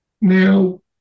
Now